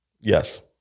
Yes